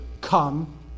Come